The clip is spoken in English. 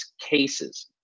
cases